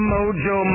Mojo